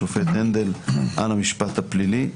השופט הנדל על המשפט הפלילי.